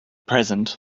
present